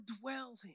dwelling